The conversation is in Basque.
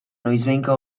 noizbehinka